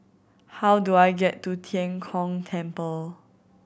how do I get to Tian Kong Temple